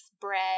bread